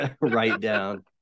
write-down